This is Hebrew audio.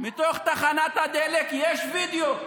מתוך תחנת הדלק יש וידיאו,